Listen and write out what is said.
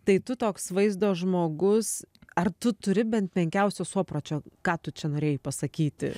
tai tu toks vaizdo žmogus ar tu turi bent menkiausio suopročio ką tu čia norėjai pasakyti